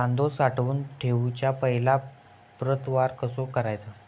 कांदो साठवून ठेवुच्या पहिला प्रतवार कसो करायचा?